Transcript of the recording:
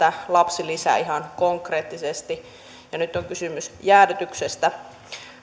lapsilisää ihan konkreettisesti ja nyt on kysymys jäädytyksestä